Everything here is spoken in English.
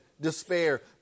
despair